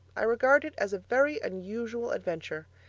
i regard it as a very unusual adventure.